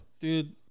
dude